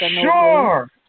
Sure